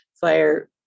fire